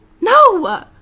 No